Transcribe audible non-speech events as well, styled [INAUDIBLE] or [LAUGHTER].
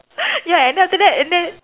[LAUGHS] ya and then after that and then